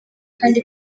kandi